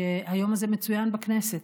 שהיום הזה מצוין בכנסת.